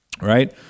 Right